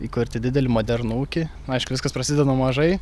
įkurti didelį modernų ūkį aišku viskas prasideda nuo mažai